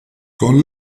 con